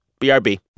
BRB